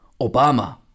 Obama